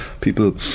people